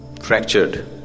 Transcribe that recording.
fractured